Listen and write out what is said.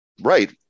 Right